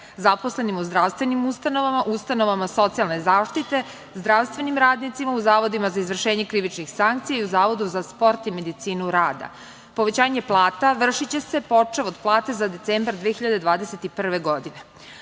zaposlenima u zdravstvenim ustanovama, u ustanovama socijalne zaštite, zdravstvenim radnicima, u zavodima za izvršenje krivičnih sankcija i Zavodu sa sport i medicinu rada. Povećanje plata će se vršiti počev od plate za decembar 2021. godine. Ovo